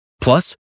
Plus